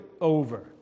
over